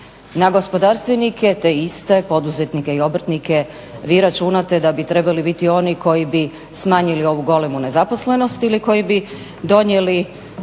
Na gospodarstvenike te iste, poduzetnike i obrtnike vi računate da bi trebali biti oni koji bi smanjili ovu golemu nezaposlenost ili koji bi donijeli